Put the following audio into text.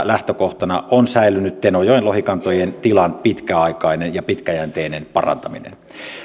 lähtökohtana on säilynyt tenojoen lohikantojen tilan pitkäaikainen ja pitkäjänteinen parantaminen